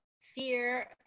fear